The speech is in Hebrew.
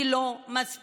היא לא מספיקה.